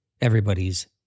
everybody's